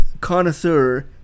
connoisseur